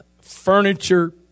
furniture